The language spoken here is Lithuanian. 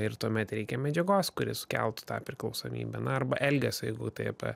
ir tuomet reikia medžiagos kuri sukeltų tą priklausomybę na arba elgesio jeigu tai apie